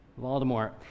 Voldemort